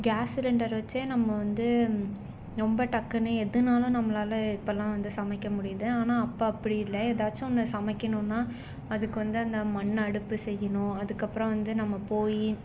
case cylinder வச்சே நம்ம வந்து ரொம்ப டக்குன்னு எதுனாலும் நம்மளால் இப்போலாம் வந்து சமைக்க முடியுது ஆனால் அப்போ அப்படி இல்லை ஏதாச்சும் ஒன்று சமைக்கணுன்னால் அதுக்கு வந்து அந்த மண் அடுப்பு செய்யணும் அதுக்கப்புறம் வந்து நம்ம போய்